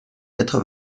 quatre